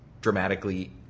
dramatically